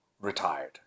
retired